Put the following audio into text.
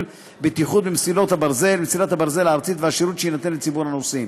בטיחות במסילת הברזל הארצית והשירות שיינתן לציבור הנוסעים.